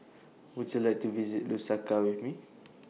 Would YOU like to visit Lusaka with Me